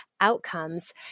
outcomes